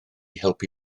helpu